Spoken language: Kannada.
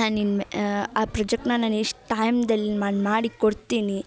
ನಾನು ಇನ್ಮೆ ಆ ಪ್ರೊಜೆಕ್ಟ್ನ ನಾನು ಎಷ್ಟು ಟೈಮ್ದಲ್ಲಿ ಮಾಡಿ ಮಾಡಿಕೊಡ್ತೀನಿ